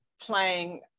playing